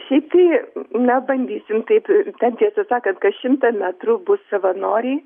šiaip tai na bandysim taip ten tiesą sakant kas šimtą metrų bus savanoriai